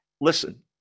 Listen